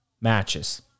matches